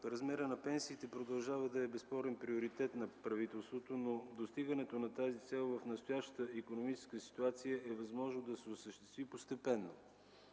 размера на пенсиите продължава да е безспорен приоритет на правителството, но достигането на тази цел в настоящата икономическа ситуация е възможно да се осъществи постепенно,